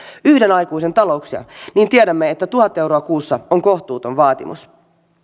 yhden aikuisen talouksia niin tiedämme että tuhat euroa kuussa on kohtuuton vaatimus